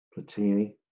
Platini